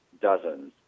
dozens